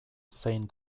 zein